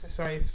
Sorry